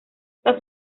está